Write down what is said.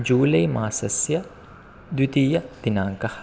जूलै मासस्य द्वितीयदिनाङ्कः